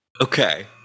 Okay